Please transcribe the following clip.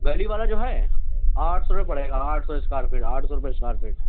گلی والا جو ہے آٹھ سو روپئے پڑے گا آٹھ سو اسکوائر فٹ آٹھ سو روپئے اسکوائر فٹ